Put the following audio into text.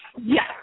Yes